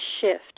shift